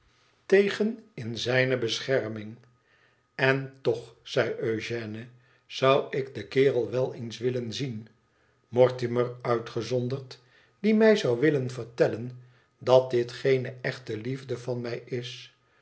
tegen in zijne bescherming n toch zei ëugène f zou ik den kerel wel eens willen zien mortimer uitgezonderd die mij zou willen vertellen dat dit geene echte liefde van mij is